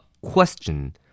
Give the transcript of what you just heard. question